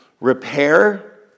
repair